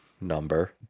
number